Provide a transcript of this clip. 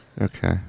okay